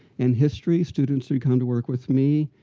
in history, students would come to work with me.